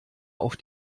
auf